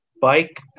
bike